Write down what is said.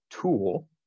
tool